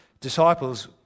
disciples